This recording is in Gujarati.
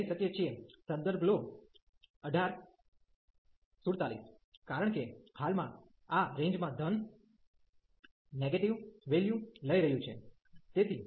તેથી આપણે લઈ શકીએ છીએ કારણ કે હાલમાં આ રેન્જ માં ધન નેગેટીવ વેલ્યુ લઈ રહ્યું છે